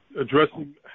addressing